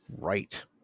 right